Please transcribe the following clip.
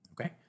okay